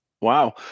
Wow